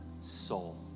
soul